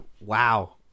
wow